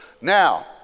Now